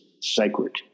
sacred